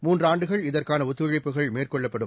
மூன்றாண்டுகள் இதற்கானஒத்துழைப்புகள் மேற்கொள்ளப்படும்